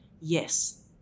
yes